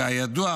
כידוע,